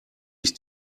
ich